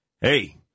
hey